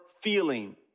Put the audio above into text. feeling